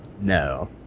No